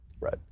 Right